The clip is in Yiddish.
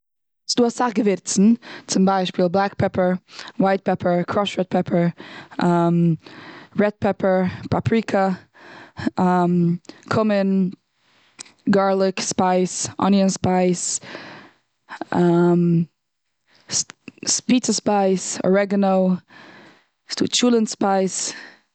ס'איז דא אסאך געווירצן. צום ביישפיל: בלעק פעפער, וויט פעפער, קראשד רעד פעפער, דער פעפער, פאפריקע, קומין, גארליק ספייס, אניון ספייס, פיצא ספייס, ארעגינאו, ס'דא טשולנט ספייס.